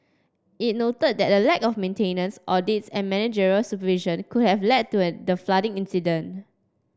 it noted that a lack of maintenance audits and managerial supervision could have led to an the flooding incident